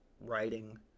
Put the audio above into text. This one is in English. writing